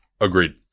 Agreed